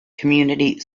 community